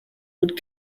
would